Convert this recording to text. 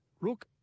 Rook